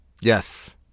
Yes